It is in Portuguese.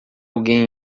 alguém